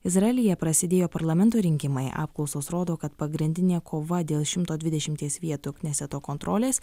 izraelyje prasidėjo parlamento rinkimai apklausos rodo kad pagrindinė kova dėl šimto dvidešimties vietų kneseto kontrolės